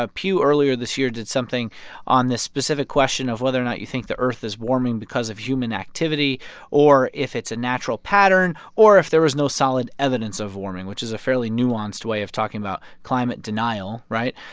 ah pew earlier this year did something on this specific question of whether or not you think the earth is warming because of human activity or if it's a natural pattern or if there is no solid evidence of warming, which is a fairly nuanced way of talking about climate denial, right?